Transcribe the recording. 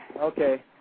Okay